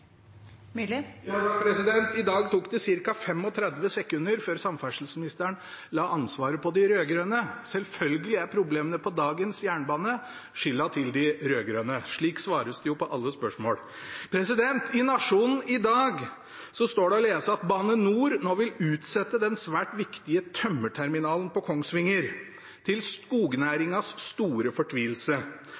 Myrli – til oppfølgingsspørsmål. I dag tok det ca. 35 sekunder før samferdselsministeren la ansvaret på de rød-grønne. Selvfølgelig er problemene på dagens jernbane de rød-grønnes skyld. Slik svares det jo på alle spørsmål. I Nationen i dag står det å lese at Bane NOR nå vil utsette den svært viktige tømmerterminalen på Kongsvinger, til skognæringens store fortvilelse